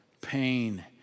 pain